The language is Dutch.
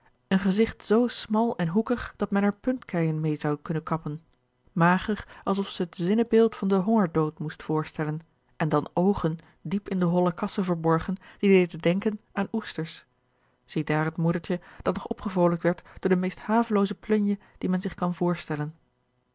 een gezigt zoo smal en hoekig dat men er puntkeijen mede zou kunnen kappen mager alsof zij het zinnebeeld van den hongerdood moest voorstellen en dan oogen diep in de holle kassen verborgen die deden denken aan oesters ziedaar het moedertje dat nog opgevrolijkt werd door de meest havelooze plunje die men zich kan voorstellen